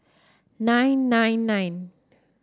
nine nine nine